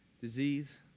disease